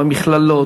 במכללות,